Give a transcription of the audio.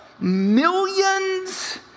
millions